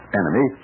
enemy